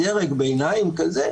דרג ביניים כזה,